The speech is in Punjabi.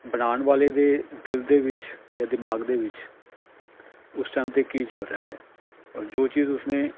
ਬਣਾਉਣ ਵਾਲੇ ਦੇ ਦਿਲ ਦੇ ਵਿੱਚ ਜਾਂ ਦਿਮਾਗ ਦੇ ਵਿੱਚ ਉਸ ਟਾਈਮ 'ਤੇ ਕੀ ਚੱਲ ਰਿਹਾ ਹੈ ਔਰ ਜੋ ਚੀਜ਼ ਉਸ ਨੇ